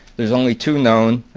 there's only two known.